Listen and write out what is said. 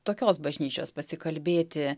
tokios bažnyčios pasikalbėti